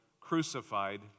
crucified